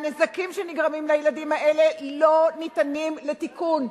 הנזקים שנגרמים לילדים האלה לא ניתנים לתיקון.